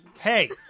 Hey